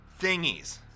thingies